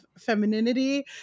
femininity